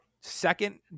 second